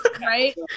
Right